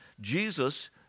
Jesus